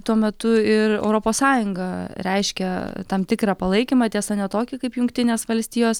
tuo metu ir europos sąjunga reiškia tam tikrą palaikymą tiesa ne tokį kaip jungtinės valstijos